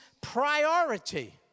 priority